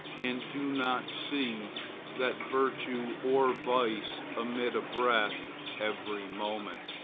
and do not see that virtue or vice emit a breath every moment.